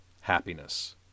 happiness